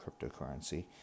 cryptocurrency